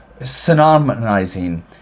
synonymizing